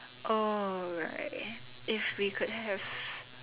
oh right if we could have